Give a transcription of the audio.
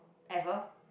ever